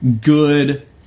good